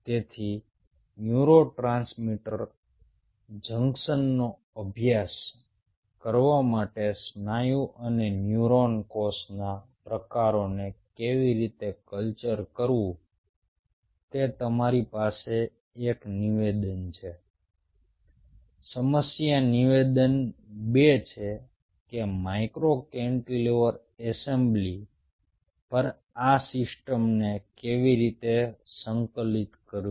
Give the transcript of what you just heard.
તેથી ન્યુરોમસ્ક્યુલર જંકશનનો અભ્યાસ કરવા માટે સ્નાયુ અને ન્યુરોન કોષના પ્રકારોને કેવી રીતે કલ્ચર કરવું તે તમારી સમસ્યા એક નિવેદન છે સમસ્યા નિવેદન બે છે કે માઇક્રો કેન્ટિલીવર એસેમ્બલી પર આ સિસ્ટમને કેવી રીતે સંકલિત કરવી